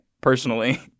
personally